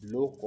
Low